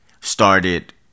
started